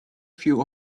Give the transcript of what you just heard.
few